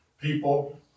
people